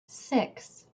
six